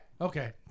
Okay